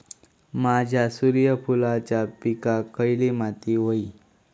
माझ्या सूर्यफुलाच्या पिकाक खयली माती व्हयी?